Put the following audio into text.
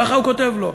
ככה הוא כותב לו.